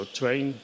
train